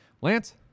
Lance